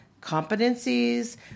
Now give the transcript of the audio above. competencies